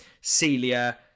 Celia